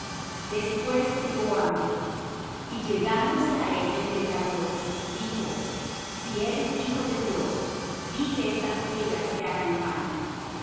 después tuvo hambre y llegándose á él el tentador dijo si eres hijo de dios di que estas piedras se hagan pan